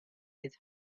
his